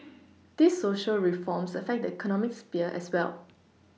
these Social reforms affect the economic sphere as well